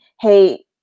hey